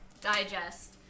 Digest